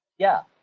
yeah.